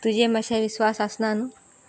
तुजेर मातशें विस्वास आसना न्हू